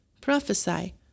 Prophesy